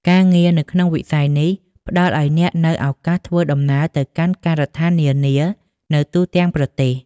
ការងារនៅក្នុងវិស័យនេះផ្តល់ឱ្យអ្នកនូវឱកាសធ្វើដំណើរទៅកាន់ការដ្ឋាននានានៅទូទាំងប្រទេស។